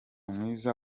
mwiza